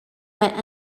went